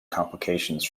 complications